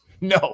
no